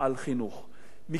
מכיוון שחינוך